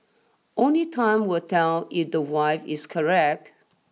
only time will tell if the wife is correct